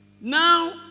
Now